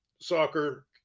soccer